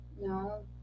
No